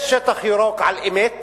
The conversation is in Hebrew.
יש שטח ירוק על-אמת